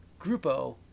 Grupo